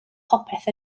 popeth